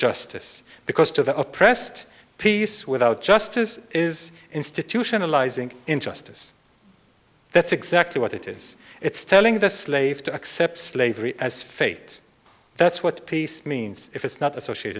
justice because to the oppressed peace without justice is institutionalizing in justice that's exactly what it is it's telling the slave to accept slavery as fate that's what peace means if it's not associate